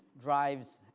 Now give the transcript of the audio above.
drives